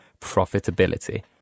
profitability